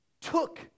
took